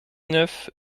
neuf